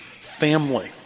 family